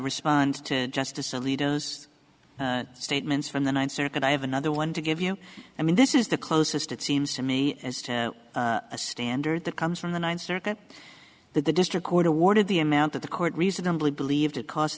respond to justice alito is statements from the ninth circuit i have another one to give you i mean this is the closest it seems to me as to a standard that comes from the ninth circuit that the district court awarded the amount that the court reasonably believed